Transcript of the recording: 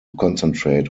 concentrate